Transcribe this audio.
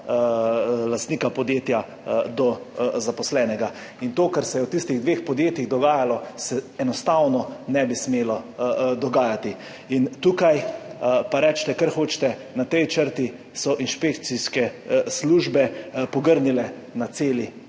lastnika podjetja do zaposlenega. In to, kar se je dogajalo v tistih dveh podjetjih, se enostavno ne bi smelo dogajati. In tukaj, pa recite, kar hočete, so inšpekcijske službe pogrnile na celi